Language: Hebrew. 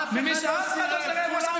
לצערי, היו מי שהסכימו לשרוף את